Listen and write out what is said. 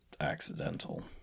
accidental